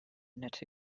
nette